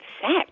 sex